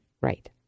Right